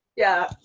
yeah